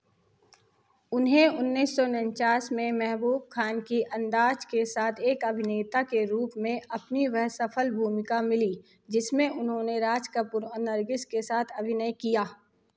उन्हें उन्नीस सौ उन्चास में मेहबूब खान की अंदाज के साथ एक अभिनेता के रूप में अपनी वह सफल भूमिका मिली जिसमें उन्होंने राज कपूर और नरगिस के साथ अभिनय किया